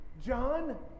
John